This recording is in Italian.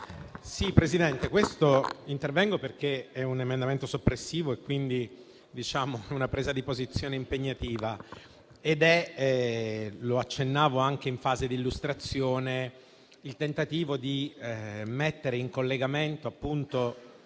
Presidente, intervengo perché il 3.1177 è un emendamento soppressivo. È una presa di posizione impegnativa ed è - come accennavo anche in fase di illustrazione - il tentativo di mettere in collegamento